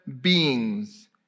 beings